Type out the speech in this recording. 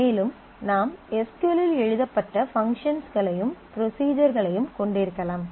மேலும் நாம் S Q L இல் எழுதப்பட்ட பங்க்ஷன்ஸ்களையும் ப்ரொஸிஜர்ஸ்களையும் கொண்டிருக்கலாம்